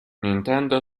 nintendo